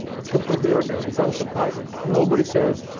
it's completely ordinary. it's unsurprising. nobody says,